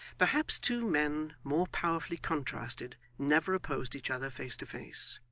perhaps two men more powerfully contrasted, never opposed each other face to face.